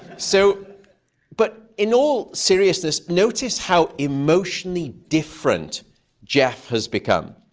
so but in all seriousness, notice how emotionally different jeff has become.